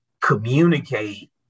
communicate